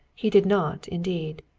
he did not, indeed.